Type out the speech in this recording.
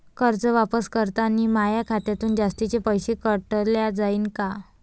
कर्ज वापस करतांनी माया खात्यातून जास्तीचे पैसे काटल्या जाईन का?